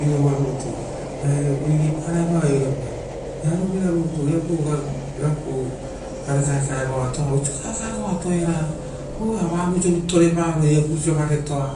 erova rutu, oia, uririparae oirapa vearo vira rutu, gae kaekae goa toa era oisio kaekae goato era, aue ea vavoi sio rutu goato era, via paso garetoa,